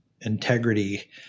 integrity